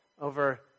over